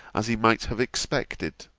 as he might have expected